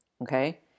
Okay